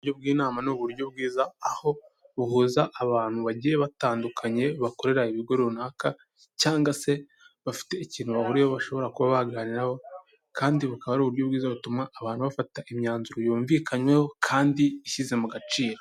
Uburyo bw'inama ni uburyo bwiza aho buhuza abantu bagiye batandukanye bakorera ibigo runaka cyangwa se bafite ikintu bahuriye bashobora kuba baganiraho, kandi bukaba ari uburyo bwiza butuma abantu bafata imyanzuro yumvikanweho kandi ishyize mu gaciro.